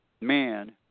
man